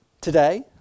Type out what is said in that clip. today